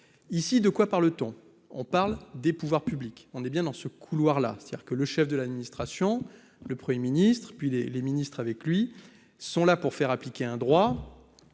ici de quoi parle-t-on, on parle des pouvoirs publics, on est bien dans ce couloir-là, c'est-à-dire que le chef de l'administration, le 1er ministre et puis les les ministres avec lui sont là pour faire appliquer un droit